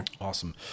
Awesome